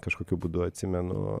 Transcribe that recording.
kažkokiu būdu atsimenu